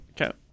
Okay